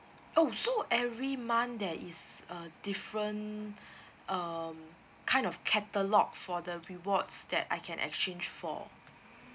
oh so every month there is uh different um kind of catalogs for the rewards that I can exchange for